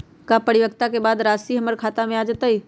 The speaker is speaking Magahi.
का परिपक्वता के बाद राशि हमर खाता में आ जतई?